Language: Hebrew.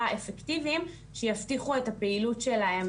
אפקטיביים שיבטיחו את הפעילות שלהם,